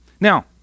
Now